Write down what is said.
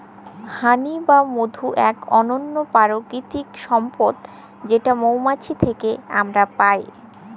হানি বা মধু ইক অনল্য পারকিতিক সম্পদ যেট মোমাছি থ্যাকে আমরা পায়